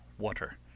water